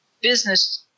business